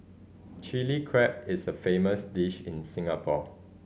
Chilli Crab is a famous dish in Singapore